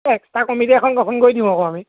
এই extra committee এখন গঠন কৰি দিম আকৌ আমি